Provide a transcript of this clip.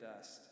dust